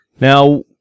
now